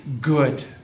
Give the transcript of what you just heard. good